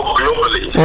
globally